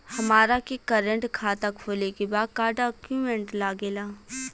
हमारा के करेंट खाता खोले के बा का डॉक्यूमेंट लागेला?